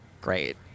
great